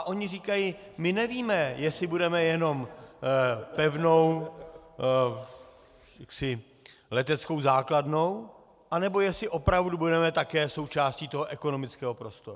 Oni říkají: My nevíme, jestli budeme jenom pevnou leteckou základnou, nebo jestli opravdu budeme také součástí toho ekonomického prostoru.